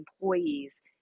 employees